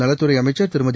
நலத்துறை அமைச்சள் திருமதி